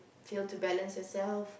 fail to balance yourself